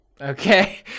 Okay